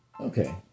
Okay